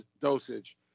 dosage